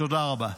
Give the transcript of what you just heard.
תודה רבה.